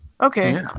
Okay